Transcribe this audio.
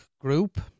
group